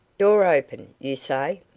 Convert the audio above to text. door open, you say?